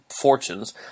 fortunes